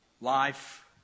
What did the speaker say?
life